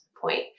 point